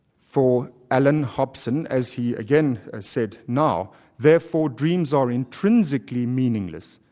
for allan hobson, as he again has said now, therefore dreams are intrinsically meaningless,